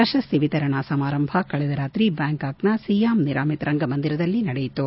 ಪ್ರಶಸ್ನಿ ವಿತರಣಾ ಸಮಾರಂಭ ಕಳೆದ ರಾತ್ರಿ ಬ್ವಾಂಕಾಕ್ನ ಸಿಯಾಮ್ ನಿರಾಮಿತ್ ರಂಗಮಂದಿರದಲ್ಲಿ ನಡೆಯಿತು